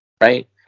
right